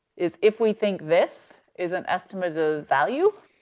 is if we think this is an estimate of the value,